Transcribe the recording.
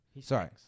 Sorry